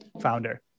founder